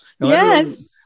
Yes